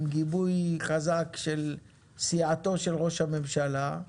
עם גיבוי חזק של סיעתו של ראש הממשלה.